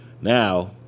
Now